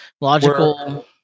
logical